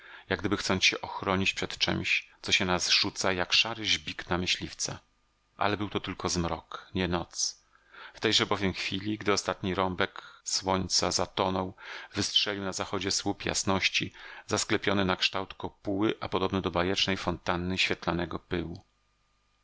jak gdyby chcąc się ochronić przed czemś co się na nas rzuca jak szary żbik na myśliwca ale był to tylko zmrok nie noc w tejże bowiem chwili gdy ostatni rąbek słońca zatonął wystrzelił na zachodzie słup jasności zasklepiony na kształt kopuły a podobny do bajecznej fontanny świetlanego pyłu